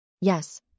Yes